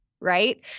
Right